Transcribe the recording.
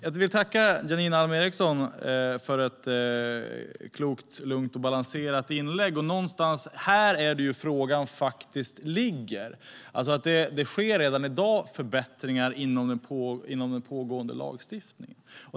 Jag vill tacka Janine Alm Ericson för ett klokt, lugnt och balanserat inlägg. Det är här någonstans frågan ligger - det sker redan i dag förbättringar inom den pågående lagstiftningen.